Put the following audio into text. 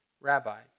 Rabbi